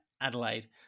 Adelaide